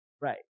Right